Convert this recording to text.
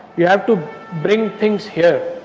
you have to bring things here,